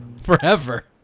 Forever